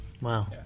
Wow